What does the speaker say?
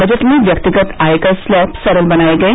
budget में व्यक्तिगत आयकर स्लैब सरल बनाए गए